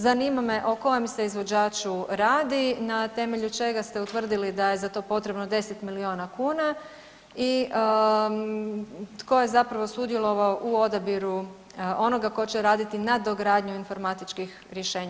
Zanima me o kojem se izvođaču radi, na temelju čega ste utvrdili da je za to potrebno 10 milijuna kuna i tko je zapravo sudjelovao u odabiru onoga tko će raditi nadogradnju informatičkih rješenja.